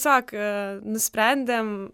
sakė nusprendėm